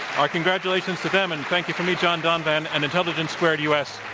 our congratulations to them and thank you from me, john donvan, and intelligence squared u. s.